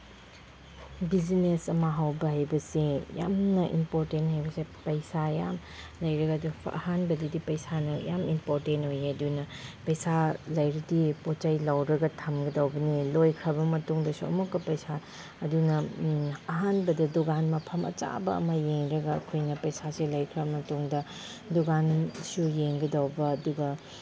business ꯑꯃ ꯍꯧꯕ ꯍꯥꯏꯕꯁꯦ ꯌꯥꯝꯅ ꯏꯝꯄꯣꯔꯇꯦꯟ ꯍꯥꯏꯕꯁꯦ ꯄꯩꯁꯥ ꯌꯥꯝ ꯂꯩꯔꯒꯗꯤ ꯑꯍꯥꯟꯕꯗꯗꯤ ꯄꯩꯁꯥꯅ ꯌꯥꯝ ꯏꯝꯄꯣꯔꯇꯦꯟ ꯑꯣꯏꯌꯦ ꯑꯗꯨꯅ ꯄꯩꯁꯥ ꯂꯩꯔꯗꯤ ꯄꯣꯠ ꯆꯩ ꯂꯧꯔꯒ ꯊꯝꯒꯗꯧꯕꯅꯤ ꯂꯣꯏꯈ꯭ꯔꯕ ꯃꯇꯨꯡꯗꯁꯨ ꯑꯃꯨꯛꯀ ꯄꯩꯁꯥ ꯑꯗꯨꯅ ꯑꯍꯥꯟꯕꯗ ꯗꯨꯀꯥꯟ ꯃꯐꯝ ꯑꯆꯥꯕ ꯑꯃ ꯌꯦꯡꯉꯒ ꯑꯩꯈꯣꯏꯅ ꯄꯩꯁꯥꯁꯦ ꯂꯩꯈ꯭ꯔ ꯃꯇꯨꯡꯗ ꯗꯨꯀꯥꯟꯁꯨ ꯌꯦꯡꯒꯗꯧꯕ ꯑꯗꯨꯒ